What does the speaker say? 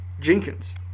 Jenkins